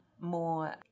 more